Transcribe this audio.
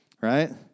right